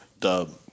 Dub